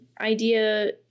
idea